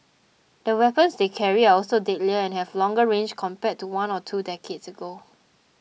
the weapons they carry are also deadlier and have longer range compared to one or two decades ago